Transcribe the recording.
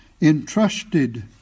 entrusted